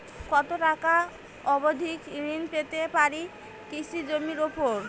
কত টাকা অবধি ঋণ পেতে পারি কৃষি জমির উপর?